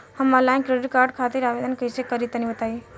हम online credit card खातिर आवेदन कइसे करि तनि बताई?